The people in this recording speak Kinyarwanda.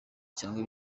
cyangwa